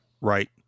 right